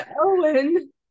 Owen